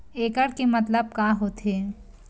एकड़ के मतलब का होथे?